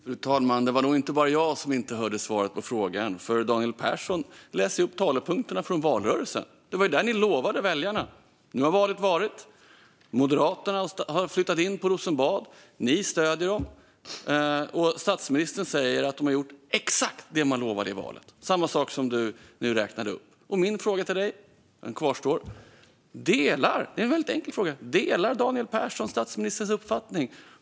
Fru talman! Det var nog inte bara jag som inte hörde svaret på frågan. Daniel Persson läste nämligen upp talepunkterna från valrörelsen. Det var det ni lovade väljarna, Daniel Persson. Nu har valet varit. Moderaterna har flyttat in på Rosenbad, och ni stöder dem. Statsministern säger att man har gjort exakt det man lovade i valet. Samma saker räknade du nu upp. Fru talman! Min fråga kvarstår. Det är en väldigt enkel fråga. Delar Daniel Persson statsministerns uppfattning?